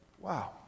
Wow